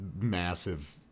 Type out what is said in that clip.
massive